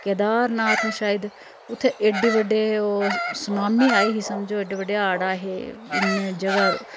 केदारनाथ ऐ शायद उत्थे एड्डे बड्डे ओह् सुनामी आई ही समझो एडे बड्डे हाड़ आए हे इन्ने जगह र